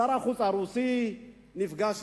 שר החוץ הרוסי נפגש